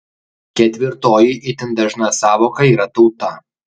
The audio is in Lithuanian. ketvirtoji itin dažna sąvoka yra tauta